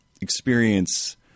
experience